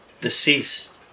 Deceased